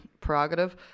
prerogative